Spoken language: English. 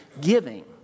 giving